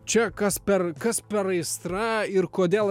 čia kas per kas per aistra ir kodėl